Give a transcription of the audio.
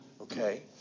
okay